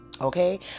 Okay